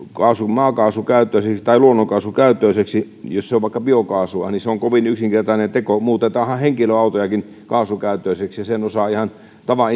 maakaasukäyttöiseksi tai luonnonkaasukäyttöiseksi jos se on vaikka biokaasua on kovin yksinkertainen teko muutetaanhan henkilöautojakin kaasukäyttöisiksi ja sen osaa ihan tavan